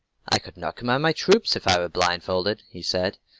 i could not command my troops if i were blindfolded, he said.